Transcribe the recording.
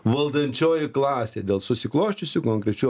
valdančioji klasė dėl susiklosčiusių konkrečių